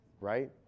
right